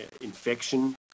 infection